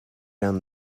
down